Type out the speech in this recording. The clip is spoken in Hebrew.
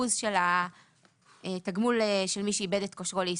של התגמול של מי שאיבד את כושרו להשתכר.